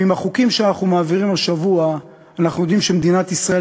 ועם החוקים שאנחנו מעבירים השבוע אנחנו יודעים שמדינת ישראל